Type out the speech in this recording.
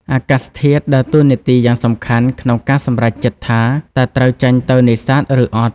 អាកាសធាតុ ដើរតួនាទីយ៉ាងសំខាន់ក្នុងការសម្រេចចិត្តថា តើត្រូវចេញទៅនេសាទ ឬអត់។